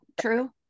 true